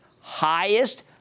highest